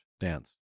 dance